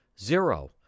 zero